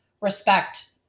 respect